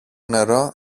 νερό